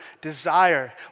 desire